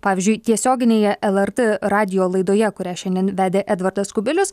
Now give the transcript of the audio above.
pavyzdžiui tiesioginėje lrt radijo laidoje kurią šiandien vedė edvardas kubilius